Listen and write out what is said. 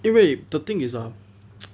因为 the thing is um